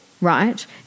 right